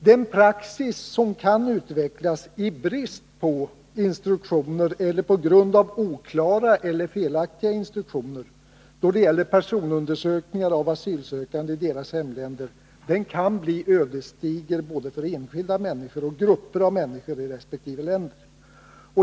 Den praxis som kan utvecklas i brist på instruktioner eller på grund av oklara eller felaktiga instruktioner då det gäller personundersökningar i fråga om asylsökande i deras hemländer kan bli ödesdiger för både enskilda människor och grupper av människor i resp. länder.